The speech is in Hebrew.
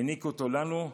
העניקו אותו לנו,